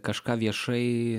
kažką viešai